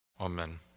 Amen